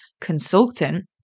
consultant